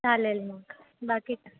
चालेल मग बाकी